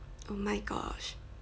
oh my gosh